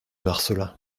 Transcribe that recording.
marcelin